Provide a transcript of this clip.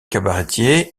cabaretier